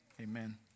amen